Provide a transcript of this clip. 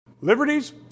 Liberties